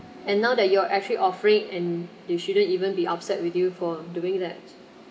and now that you are actually offering and they shouldn't even be upset with you for doing that